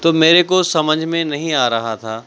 تو میرے کو سمجھ میں نہیں آ رہا تھا